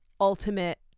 ultimate